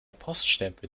poststempel